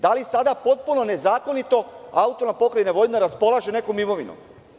Da li sada potpuno nezakonito AP Vojvodina raspolaže nekom imovinom?